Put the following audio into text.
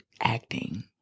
acting